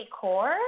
core